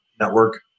network